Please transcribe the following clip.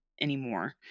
anymore